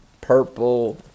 purple